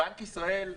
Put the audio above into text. בנק ישראל,